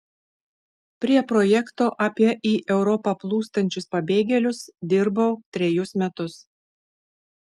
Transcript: prie projekto apie į europą plūstančius pabėgėlius dirbau trejus metus